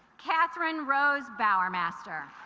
catherine rose bower master